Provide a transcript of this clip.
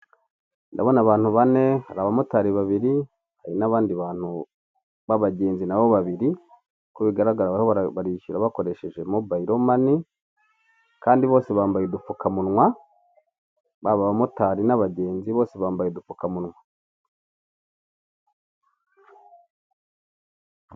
Ndabona abantu bane hari abamotari babiri hari n'abandi bantu b'abagenzi nabo babiri, uko bigaragara bariho barishyura bakoresheje mobayilo mani kandi bose bambaye udupfukamunwa baba abamotari n'abagenzi bose bambaye udupfukamunwa.